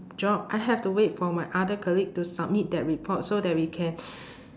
job I have to wait for my other colleague to submit that report so that we can